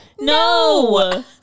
no